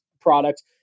product